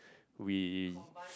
we